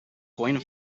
going